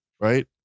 Right